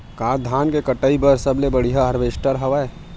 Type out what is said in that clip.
का धान के कटाई बर सबले बढ़िया हारवेस्टर हवय?